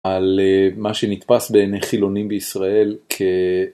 על מה שנתפס בעיני חילונים בישראל כ...